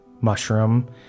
mushroom